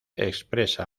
expresa